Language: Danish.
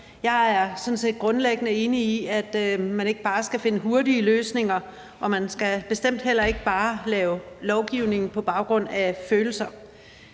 set grundlæggende enig i, at man ikke bare skal finde hurtige løsninger, og man skal bestemt heller ikke bare lave lovgivning på baggrund af følelser.